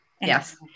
Yes